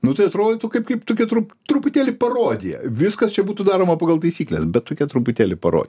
nu tai atrodytų kaip kaip tokia trup truputėlį parodija viskas čia būtų daroma pagal taisykles bet tokia truputėlį parodija